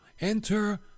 enter